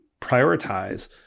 prioritize